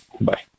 bye